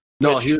No